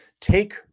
take